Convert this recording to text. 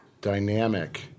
dynamic